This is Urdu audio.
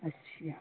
اچھا